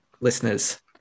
listeners